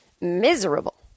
miserable